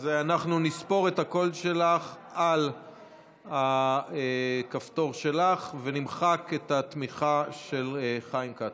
אז אנחנו נספור את הקול שלך על הכפתור שלך ונמחק את התמיכה של חיים כץ.